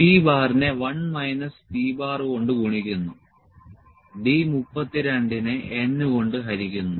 p നെ 1 minus p കൊണ്ട് ഗുണിക്കുന്നു D 32 നെ n കൊണ്ട് ഹരിക്കുന്നു